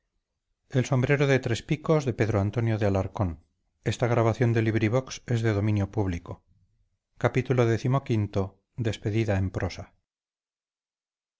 del sombrero de tres picos son